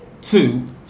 two